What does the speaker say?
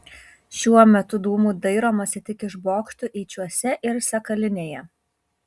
šiuo metu dūmų dairomasi tik iš bokštų eičiuose ir sakalinėje